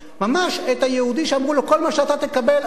את היהודי שאמרו לו: כל מה שאתה תקבל,